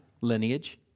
lineage